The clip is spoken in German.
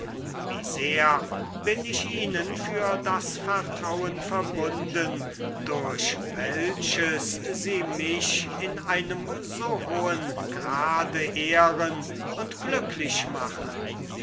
wie sehr bin ich ihnen für das vertrauen verbunden durch welches sie mich in einem so hohen grade ehren und glücklich machen